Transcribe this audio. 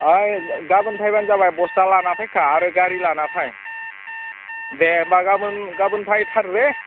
ओइ गाबोन फैबानो जाबाय बस्था लाना फैखा आरो गारि लाना फै दे होनबा गाबोन फैथार दे